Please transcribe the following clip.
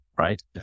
right